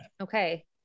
Okay